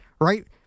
right